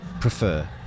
prefer